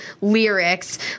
lyrics